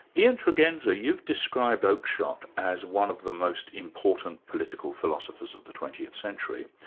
ian tregenza, you've described oakeshott as one of the most important political philosophers of the twentieth century,